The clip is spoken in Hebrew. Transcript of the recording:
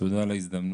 ותודה על ההזדמנות.